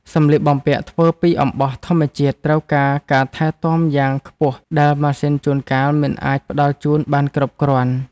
សម្លៀកបំពាក់ធ្វើពីអំបោះធម្មជាតិត្រូវការការថែទាំខ្ពស់ដែលម៉ាស៊ីនជួនកាលមិនអាចផ្តល់ជូនបានគ្រប់គ្រាន់។